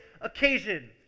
occasion